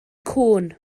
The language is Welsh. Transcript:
cŵn